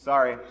Sorry